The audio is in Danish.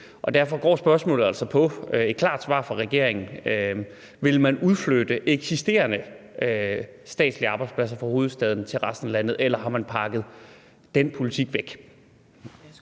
Derfor går spørgsmålet altså på og gerne et klart svar fra regeringen på: Vil man udflytte eksisterende statslige arbejdspladser fra hovedstaden til resten af landet, eller har man pakket den politik væk?